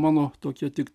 mano tokia tik